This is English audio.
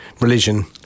religion